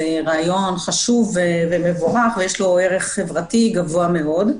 רעיון חשוב ומבורך ויש לו ערך חברתי גבוה מאוד.